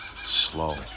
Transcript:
Slow